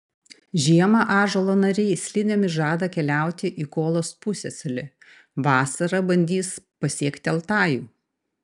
žiemą ąžuolo nariai slidėmis žada keliauti į kolos pusiasalį vasarą bandys pasiekti altajų